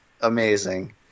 amazing